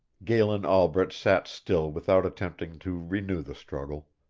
galen albret sat still without attempting to renew the struggle.